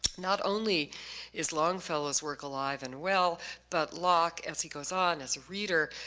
not only is longfellow's work alive and well but locke, as he goes on as reader,